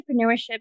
Entrepreneurship